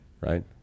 right